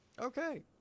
Okay